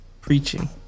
preaching